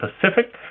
Pacific